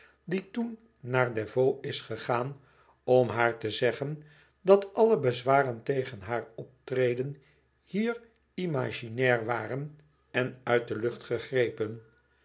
die toen naar desvaux is gegaan om haar te zeggen dat alle bezwaren tegen haar optreden hier imaginair waren en uit de lucht gegrepen